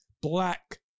black